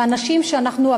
ואנשים שאנחנו,